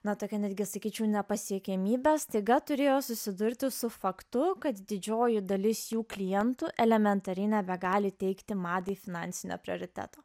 nutuokia netgi sakyčiau nepasiekiamybe staiga turėjo susidurti su faktu kad didžioji dalis jų klientų elementariai nebegali teikti madai finansinių prioritetų